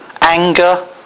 anger